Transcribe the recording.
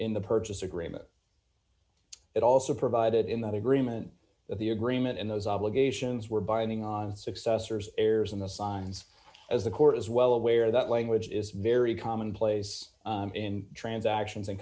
in the purchase agreement it also provided in that agreement that the agreement and those obligations were binding on successors heirs in the signs as the court is well aware that language is very commonplace in transactions and